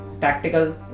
tactical